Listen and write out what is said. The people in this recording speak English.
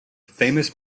famous